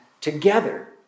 together